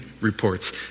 reports